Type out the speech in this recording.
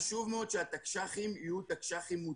חשוב מאוד שהתקש"חים יהיו מותאמים,